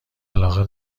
علاقه